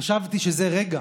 חשבתי שזה רגע